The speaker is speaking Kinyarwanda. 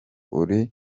uri